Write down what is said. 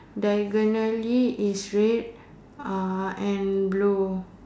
diagonally is red uh and blue